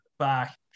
back